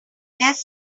less